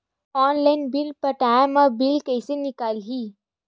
Online bill पटाय मा bill कइसे निकलही?